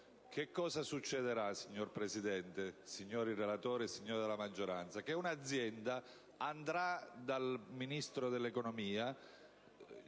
Che cosa succederà, signor Presidente, signori relatori e signori della maggioranza? Accadrà che un'azienda andrà dal Ministro dell'economia